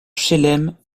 chelem